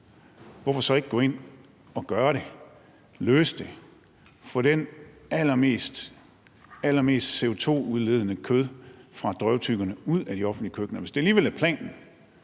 hvorfor så ikke gå ind og gøre det, løse det, få det allermest CO2-udledende kød fra drøvtyggerne ud af de offentlige køkkener? Hvis det alligevel er planen,